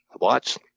Watch